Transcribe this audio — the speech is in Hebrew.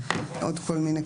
ועוד כל מיני ימים,